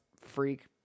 freak